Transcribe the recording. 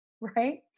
Right